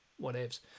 whatevs